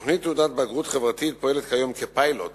תוכנית "תעודת בגרות חברתית" פועלת כיום כפיילוט